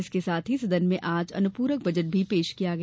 इसके साथ ही सदन में आज अनुपूरक बजट भी पेश किया गया